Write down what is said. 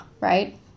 right